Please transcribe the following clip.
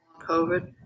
COVID